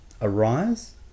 arise